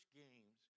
games